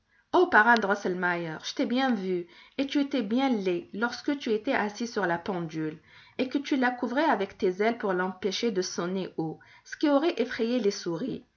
ô parrain drosselmeier je t'ai bien vu et tu étais bien laid lorsque tu étais assis sur la pendule et que tu la couvrais avec tes ailes pour l'empêcher de sonner haut ce qui aurait effrayé les souris